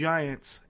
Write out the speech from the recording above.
Giants